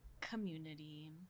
community